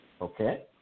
okay